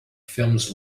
films